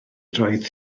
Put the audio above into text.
roedd